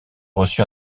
reçu